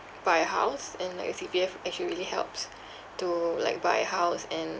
buy a house and like the C_P_F actually really helps to like buy house and